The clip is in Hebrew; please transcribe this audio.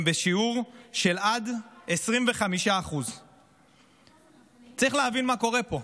עד שיעור של 25%. צריך להבין מה קורה פה.